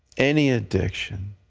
any addiction,